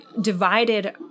divided